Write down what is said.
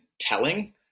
telling